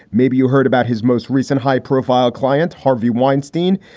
maybe you heard about his most recent high profile client, harvey weinstein.